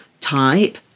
type